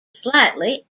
slightly